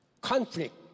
conflict